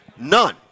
None